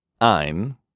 EIN